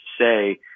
say